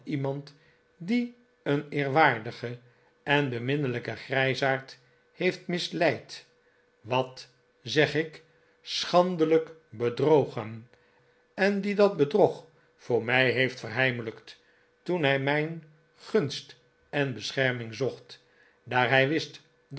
iemand die een eerwaardigen en beminnelijken grijsaard heeft misleid wat zeg ik schandelijk bedrogen en die dat bedrog voor mij heeft ver heimelijkt toen hij mijn gunst en bescherming zocht daar hij wist